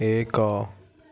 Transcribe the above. ଏକ